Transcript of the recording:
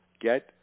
get